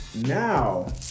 Now